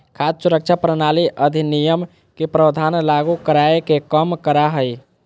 खाद्य सुरक्षा प्रणाली अधिनियम के प्रावधान लागू कराय के कम करा हइ